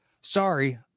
sorry